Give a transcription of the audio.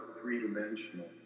three-dimensional